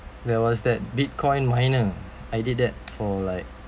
there was that bitcoin miner I did that for like